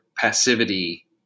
passivity